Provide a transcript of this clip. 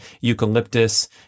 eucalyptus